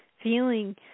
feeling